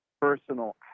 personal